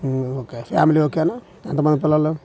okay family ఓకేనా ఎంతమంది పిల్లలు